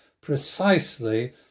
precisely